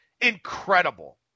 incredible